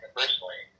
personally